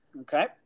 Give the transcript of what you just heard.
Okay